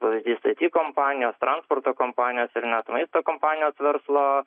pavyzdys it kompanijos transporto kompanijos ir net maisto kompanijos verslo